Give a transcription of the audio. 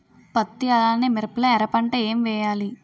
పత్తి అలానే మిరప లో ఎర పంట ఏం వేయాలి?